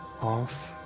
off